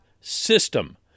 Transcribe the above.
system